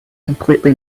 completely